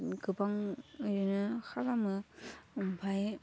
उम गोबां ओरैनो खालामो ओमफाय